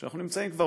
כשאנחנו נמצאים כבר,